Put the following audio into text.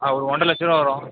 ஆ ஒரு ஒன்றரை லட்சம் ரூபா வரும்